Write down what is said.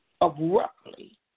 abruptly